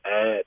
add